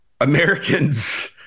Americans